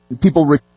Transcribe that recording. people